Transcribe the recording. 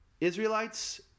Israelites